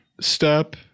step